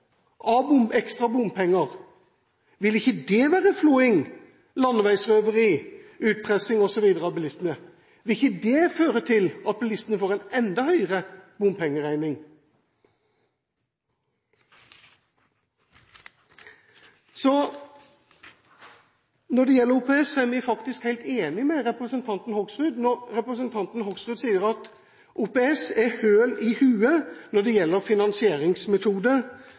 medføre av ekstra bompenger? Vil ikke det være flåing, landeveisrøveri, utpressing osv. av bilistene? Vil ikke det føre til at bilistene får en enda høyere bompengeregning? Når det gjelder OPS, er vi faktisk helt enig med representanten Hoksrud som sier at OPS er høl i huet når det gjelder finansieringsmetode